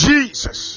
Jesus